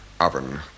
oven